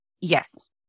Yes